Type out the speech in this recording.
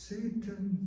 Satan